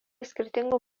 skirtingų